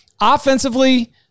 Offensively